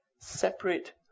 separate